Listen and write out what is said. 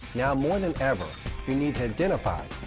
yeah more than ever we need to identify,